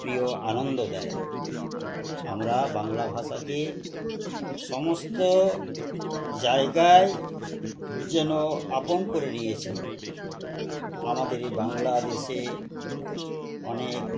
প্রিয় আনন্দ দেয় আমরা বাংলা ভাষাকে সমস্ত জায়গায় যেন আপন করে নিয়েছি আমাদের এই বাংলাদেশে অনেক